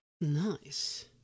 nice